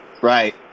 Right